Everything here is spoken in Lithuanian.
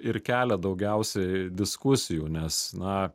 ir kelia daugiausiai diskusijų nes na